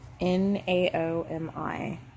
N-A-O-M-I